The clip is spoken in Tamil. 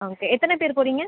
ஓகே எத்தனை பேர் போகிறீங்க